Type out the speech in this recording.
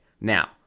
now